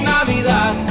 Navidad